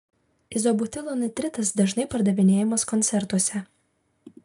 izobutilo nitritas dažnai pardavinėjamas koncertuose